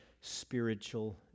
spiritual